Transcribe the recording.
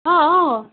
অ অ